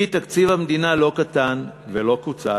היא כי תקציב המדינה לא קטן ולא קוצץ,